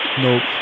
Nope